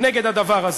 נגד הדבר הזה.